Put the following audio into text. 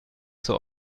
zur